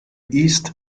east